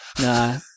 nah